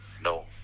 no